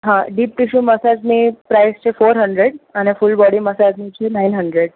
હા deep tissue મસાજની price છે ફોર હન્ડ્રેડ અને ફૂલ બોડી મસાજની છે નાઇન હન્ડ્રેડ